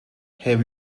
have